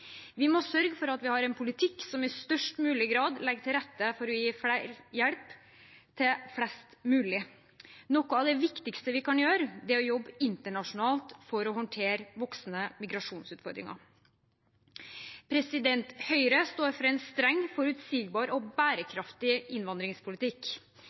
Vi må sørge for at vi har en politikk som i størst mulig grad legger til rette for å gi hjelp til flest mulig. Noe av det viktigste vi kan gjøre, er å jobbe internasjonalt for å håndtere voksende migrasjonsutfordringer. Høyre står for en streng, forutsigbar og